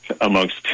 amongst